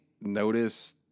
notice